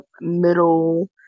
middle